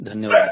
धन्यवाद